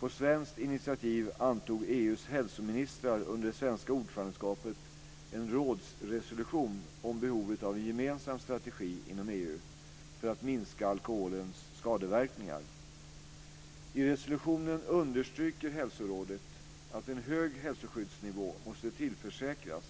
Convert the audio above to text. På svenskt initiativ antog EU:s hälsoministrar under det svenska ordförandeskapet en rådsresolution om behovet av en gemensam strategi inom EU för att minska alkoholens skadeverkningar. I resolutionen understryker hälsorådet att en hög hälsoskyddsnivå måste tillförsäkras